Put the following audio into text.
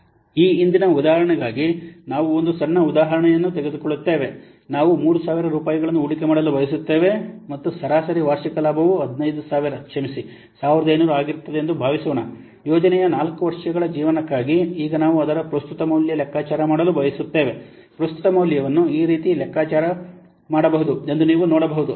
ಆ ಹಿಂದಿನ ಉದಾಹರಣೆಗಾಗಿ ನಾವು ಒಂದು ಸಣ್ಣ ಉದಾಹರಣೆಯನ್ನು ತೆಗೆದುಕೊಳ್ಳುತ್ತೇವೆ ನಾವು 3000 ರೂಪಾಯಿಗಳನ್ನು ಹೂಡಿಕೆ ಮಾಡಲು ಬಯಸುತ್ತೇವೆ ಮತ್ತು ಸರಾಸರಿ ವಾರ್ಷಿಕ ಲಾಭವು 15000 ಕ್ಷಮಿಸಿ 1500 ಆಗಿರುತ್ತದೆ ಎಂದು ಭಾವಿಸೋಣ ಯೋಜನೆಯ ನಾಲ್ಕು ವರ್ಷಗಳ ಜೀವನಕ್ಕಾಗಿ ಈಗ ನಾವು ಅದರ ಪ್ರಸ್ತುತ ಮೌಲ್ಯ ಲೆಕ್ಕಾಚಾರ ಮಾಡಲು ಬಯಸುತ್ತೇವೆ ಪ್ರಸ್ತುತ ಮೌಲ್ಯವನ್ನು ಈ ರೀತಿ ಲೆಕ್ಕಹಾಕಬಹುದು ಎಂದು ನೀವು ನೋಡಬಹುದು